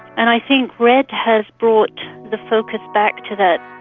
and i think redd has brought the focus back to that.